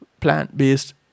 plant-based